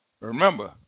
Remember